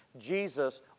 Jesus